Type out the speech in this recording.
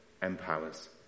empowers